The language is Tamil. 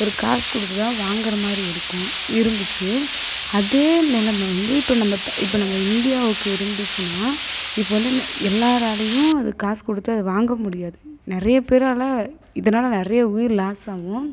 ஒரு காசு கொடுத்து தான் வாங்குகிறமாதிரி இருக்கும் இருந்துச்சு அதே நெலமை வந்து இப்போ நம்ம இப்போ நம்ம இந்தியாவுக்கு இருந்துச்சுன்னால் இப்போ வந்து எல்லாராலேயும் அதை காசு கொடுத்து அதை வாங்க முடியாது நிறைய பேரால் இதனால நிறைய உயிர் லாஸ் ஆகும்